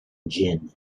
gin